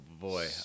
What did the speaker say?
boy